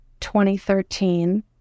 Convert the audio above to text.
2013